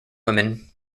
women